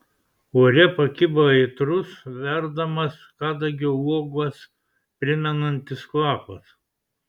ore pakibo aitrus verdamas kadagio uogas primenantis kvapas